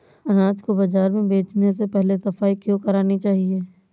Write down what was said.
अनाज को बाजार में बेचने से पहले सफाई क्यो करानी चाहिए?